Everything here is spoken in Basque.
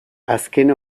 azken